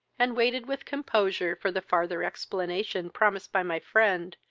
and waited with composure for the farther explanation promised by my friend,